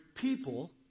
people